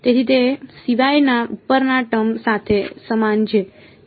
તેથી તે સિવાયના ઉપરના ટર્મ સાથે સમાન છે